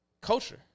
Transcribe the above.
culture